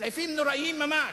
סעיפים נוראים ממש.